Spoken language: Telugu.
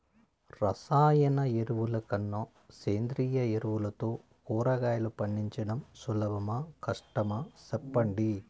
రసాయన ఎరువుల కన్నా సేంద్రియ ఎరువులతో కూరగాయలు పండించడం సులభమా కష్టమా సెప్పండి